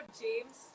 James